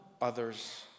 others